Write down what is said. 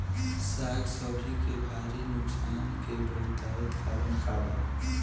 साग सब्जी के भारी नुकसान के बहुतायत कारण का बा?